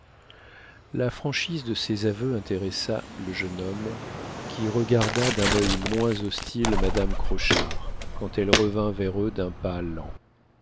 la franchise de ces aveux intéressa le jeune homme qui regarda d'un oeil moins hostile madame crochard quand elle revint vers eux d'un pas lent